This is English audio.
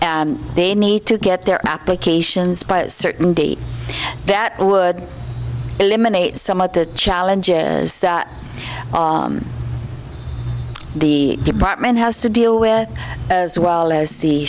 july they need to get their applications by a certain date that would eliminate some of the challenges that the department has to deal with as well as the